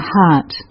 heart